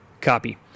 Copy